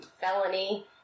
felony